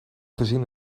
gezien